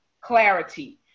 clarity